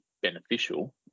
beneficial